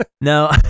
No